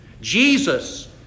Jesus